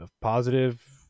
positive